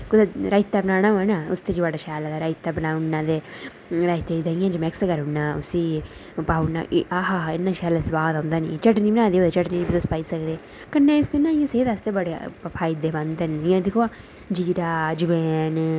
कुतै रायता बनान होऐ न उसदे च बड़ा शैल ल गदा रायते च देहियै च मिक्स करीओड़ना उसी पाई ओड़ना आहा आहा इन्ना शैल सुआद चटनी बनाई दी होऐ चटनी च तुस पाई सकदे कन्नै इसदे इ'यां सेह्त आस्तै बड़े फायदेमंद न जि'यां दिक्खो हा जीरा जवैन